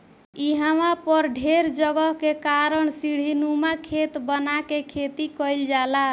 इहवा पर ढेर जगह के कारण सीढ़ीनुमा खेत बना के खेती कईल जाला